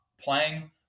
playing